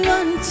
one